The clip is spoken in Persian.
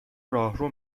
راهرو